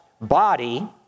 body